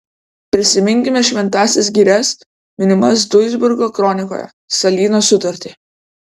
prisiminkime šventąsias girias minimas duisburgo kronikoje salyno sutartį